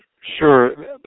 sure